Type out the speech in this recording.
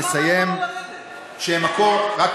ומסיים שמקור, למה אמרת לו לרדת?